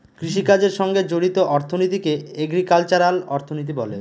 কৃষিকাজের সঙ্গে জড়িত অর্থনীতিকে এগ্রিকালচারাল অর্থনীতি বলে